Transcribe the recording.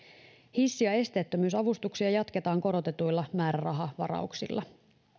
hissi ja esteettömyysavustuksia jatketaan korotetuilla määrärahavarauksilla